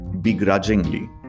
Begrudgingly